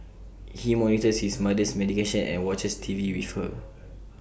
he monitors his mother's medication and watches T V with her